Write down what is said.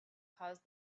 caused